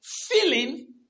feeling